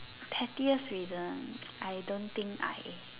pettiest reason I don't think I